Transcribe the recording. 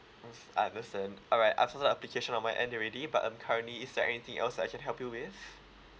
mm I understand alright application on my end already but um currently is there anything else that I can help you with